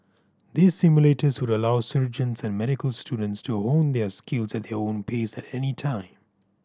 these simulators would allow surgeons and medical students to hone their skills at their own pace at any time